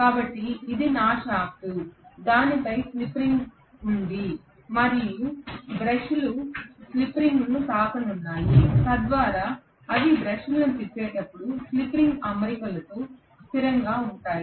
కాబట్టి ఇది నా షాఫ్ట్ దానిపై స్లిప్ రింగ్ ఉంది మరియు బ్రష్లు స్లిప్ రింగ్ను తాకుతున్నాయి తద్వారా అవి బ్రష్లను తిప్పేటప్పుడు స్ప్రింగ్ అమరికతో స్థిరంగా ఉంటాయి